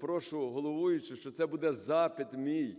прошу головуючу, що це буде запит мій